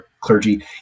clergy